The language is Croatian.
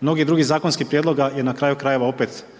mnogih drugih zakonskih prijedloga i na kraju krajeva opet najviše